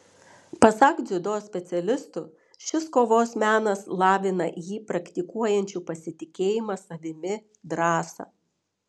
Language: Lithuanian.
pasak dziudo specialistų šis kovos menas lavina jį praktikuojančių pasitikėjimą savimi drąsą